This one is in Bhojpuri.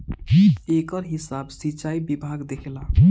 एकर हिसाब सिंचाई विभाग देखेला